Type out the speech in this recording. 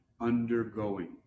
undergoing